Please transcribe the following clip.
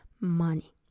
money